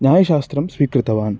न्यायशास्त्रं स्वीकृतवान्